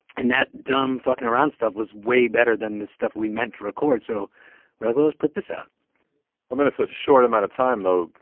and that dumb fucking around stuff was way better than the stuff we meant to record. so we're like, well, let's put this out well, then it's such a short amount of time, though,